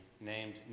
named